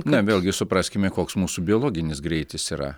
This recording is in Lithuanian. na vėlgi supraskime koks mūsų biologinis greitis yra